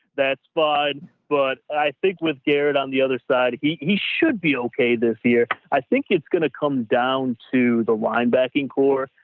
that's fine. but i think with garrett on the other side, he he should be okay this year. i think it's going to come down to the line backing core.